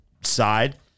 side